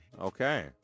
okay